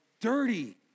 dirty